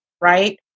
Right